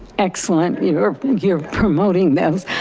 excellent you're you're promoting this.